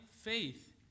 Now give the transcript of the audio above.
faith